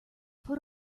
put